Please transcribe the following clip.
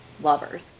lovers